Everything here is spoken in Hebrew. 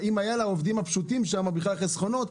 אם היו לעובדים הפשוטים שם בכלל חסכונות.